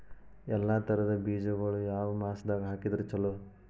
ಎಲ್ಲಾ ತರದ ಬೇಜಗೊಳು ಯಾವ ಮಾಸದಾಗ್ ಹಾಕಿದ್ರ ಛಲೋ?